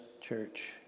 church